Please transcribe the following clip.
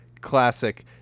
classic